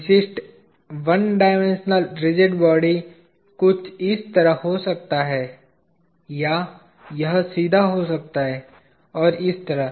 विशिष्ट 1 dimensional rigid body कुछ इस तरह हो सकता है या यह सीधा हो सकता है और इसी तरह